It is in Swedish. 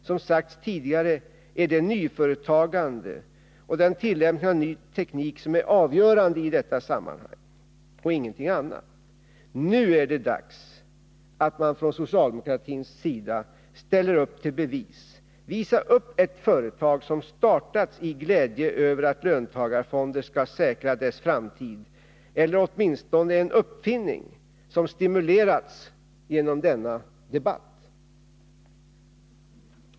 Som sagts tidigare är det nyföretagande och tillämpning av ny teknik som är avgörande i detta sammanhang och ingenting annat. Nu är det dags att man från socialdemokratins sida ställer upp till bevis. Visa upp ett företag som startats i glädje över att löntagarfonder skall säkra dess framtid eller åtminstone en uppfinning som stimulerats genom denna debatt!